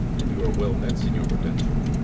and you are well met, signior hortensio.